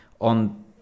on